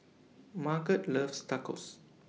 Margot loves Tacos